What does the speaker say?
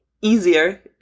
easier